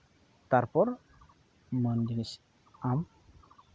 ᱛᱟᱨᱯᱚᱨ ᱢᱟᱹᱱ ᱡᱤᱱᱤᱥ ᱟᱢ